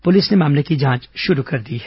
police ने मामले की जांच शुरू कर दी है